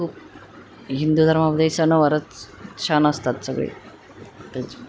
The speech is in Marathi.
खूप हिंदू धर्मामध्ये सणवारच छान असतात सगळे तेच